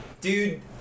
dude